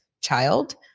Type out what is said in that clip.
child